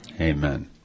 Amen